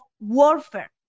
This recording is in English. warfare